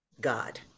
God